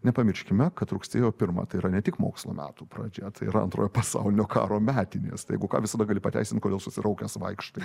nepamirškime kad rugsėjo pirma tai yra ne tik mokslo metų pradžia tai yra antrojo pasaulinio karo metinės tai jeigu ką visada gali pateisint kodėl susiraukęs vaikštai